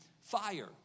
fire